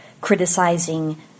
criticizing